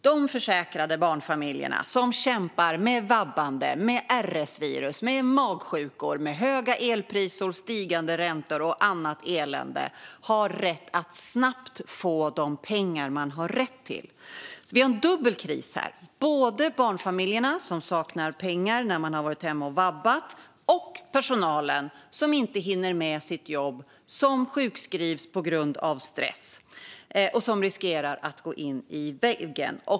De försäkrade barnfamiljerna som kämpar med vabbande, med RS-virus, med magsjukor, med höga elpriser, med stigande räntor och annat elände har rätt att snabbt få de pengar de har rätt till. Vi har en dubbel kris här, både när det gäller barnfamiljerna som saknar pengar när de har varit hemma och vabbat och när det gäller personalen som inte hinner med sitt jobb och som sjukskrivs på grund av stress och riskerar att gå in i väggen.